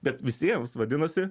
bet visiems vadinasi